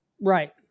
Right